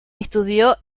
estudió